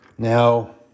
Now